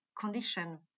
condition